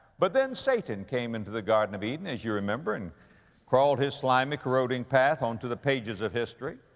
but then satan came into the garden of eden, as you remember, and crawled his slimy, corroding path onto the pages of history.